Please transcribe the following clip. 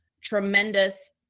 tremendous